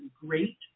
Great